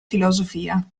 filosofia